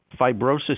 Fibrosis